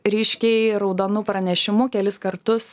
ryškiai raudonu pranešimu kelis kartus